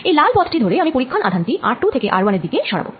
এই লাল পথটি ধরে আমি পরীক্ষণ আধান টি r2 থেকে r1 এর দিকে সরাবো